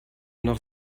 noch